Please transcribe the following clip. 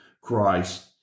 Christ